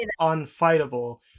unfightable